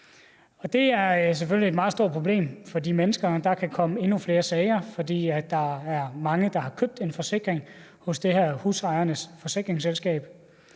Det er selvfølgelig et meget stort problem for de mennesker, og der kan komme endnu flere sager, fordi der er mange, der har købt en forsikring hos det her Husejernes Forsikring